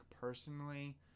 personally